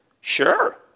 sure